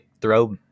throw